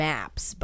Maps